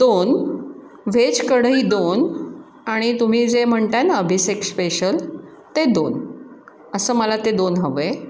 दोन व्हेज कढई दोन आणि तुम्ही जे म्हण अभिषेक स्पेशल ते दोन असं मला ते दोन हवं आहे